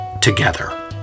together